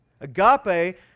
Agape